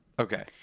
Okay